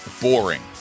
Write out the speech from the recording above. boring